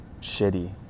shitty